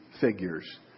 figure's